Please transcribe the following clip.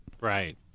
Right